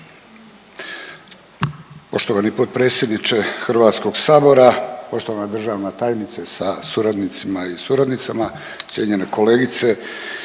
Poštovani potpredsjedniče HS-a, poštovana državna tajnice sa suradnicima i suradnicama, cijenjene kolegice